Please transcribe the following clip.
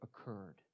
occurred